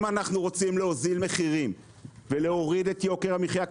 אם אנחנו רוצים להוזיל מחירים ולהוריד את יוקר המחיה,